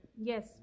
yes